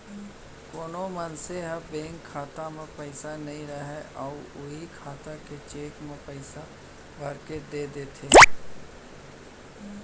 कोनो मनसे ह बेंक खाता म पइसा नइ राहय अउ उहीं खाता के चेक म पइसा भरके दे देथे